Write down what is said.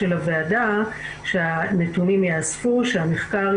וגם עם הוועדה כדי להתחיל לקדם את התיקון הזה לחוק למניעת הטרדה